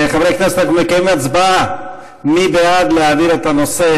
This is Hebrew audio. חברי הכנסת, אנחנו נקיים הצבעה.